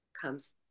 comes